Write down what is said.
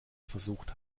versucht